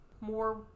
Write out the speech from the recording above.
more